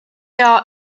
are